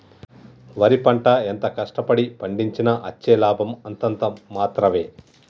వరి పంట ఎంత కష్ట పడి పండించినా అచ్చే లాభం అంతంత మాత్రవే